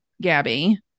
Gabby